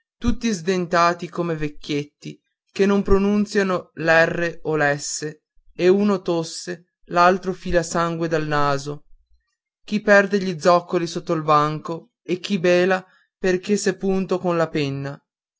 tutti sdentati come vecchietti che non pronunziano l'erre e l'esse e uno tosse l'altro fila sangue dal naso chi perde gli zoccoli sotto il banco e chi bela perché s'è punto con la penna